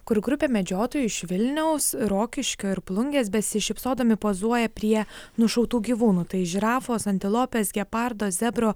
kur grupė medžiotojų iš vilniaus rokiškio ir plungės besišypsodami pozuoja prie nušautų gyvūnų tai žirafos antilopės gepardo zebro